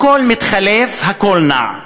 הכול מתחלף, הכול נע.